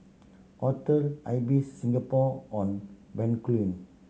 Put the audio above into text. Hotel Ibis Singapore On Bencoolen